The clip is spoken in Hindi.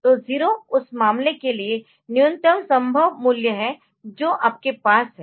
तो 0 उस मामले के लिए न्यूनतम संभव मूल्य है जो आपके पास है